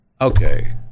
Okay